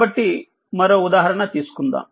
కాబట్టిమరోఉదాహరణ తీసుకుందాం